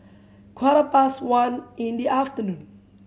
quarter past one in the afternoon